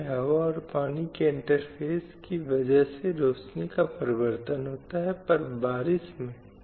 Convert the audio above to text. कई कानून कई न्यायिक फैसलों और समाज में महिलाओं के खिलाफ बढ़ती हिंसा की कहीं न कहीं रोकथाम के लिए की गई कई सरकारी पहल के बावजूद